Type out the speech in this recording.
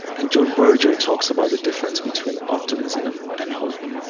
and john berger talks about the difference between optimism and hope.